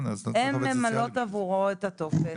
הן ממלאות עבורו את הטופס ושולחות.